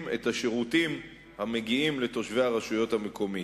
את השירותים המגיעים להם מהרשות המקומית.